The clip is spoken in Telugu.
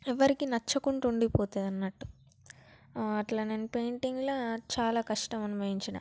ఎవరికి నచ్చకుండా ఉండిపోతుందన్నట్టు అట్ల నేను పెయింటింగ్లో చాలా కష్టం అనుభవించిన